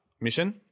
mission